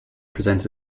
presented